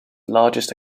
largest